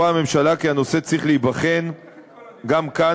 הממשלה סבורה כי הנושא צריך להיבחן גם כאן